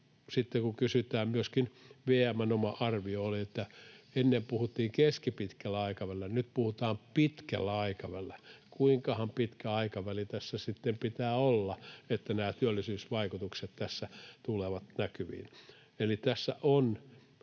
sitten kun kysytään, niin myöskin VM:n oma arvio oli, että kun ennen puhuttiin keskipitkällä aikavälillä, niin nyt puhutaan pitkällä aikavälillä. Kuinkahan pitkä aikaväli tässä sitten pitää olla, että nämä työllisyysvaikutukset tässä tulevat näkyviin?